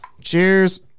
Cheers